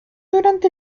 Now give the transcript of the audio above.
durante